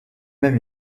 même